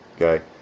okay